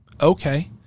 Okay